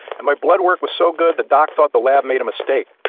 and my blood work was so good the doc thought the lab made mistake.